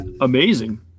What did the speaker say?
amazing